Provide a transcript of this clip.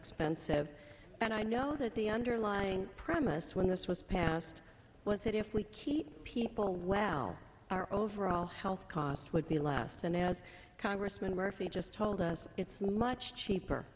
expensive and i know that the underlying premise when this was passed was that if we keep people well our overall health costs would be less than as congressman murphy just told us it's much cheaper